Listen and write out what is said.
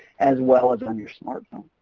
as well as on your smartphone.